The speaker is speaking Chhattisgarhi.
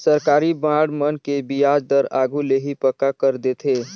सरकारी बांड मन के बियाज दर आघु ले ही पक्का कर देथे